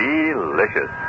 Delicious